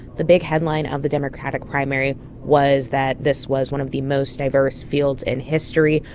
the big headline of the democratic primary was that this was one of the most diverse fields in history.